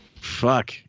fuck